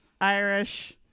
irish